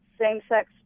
same-sex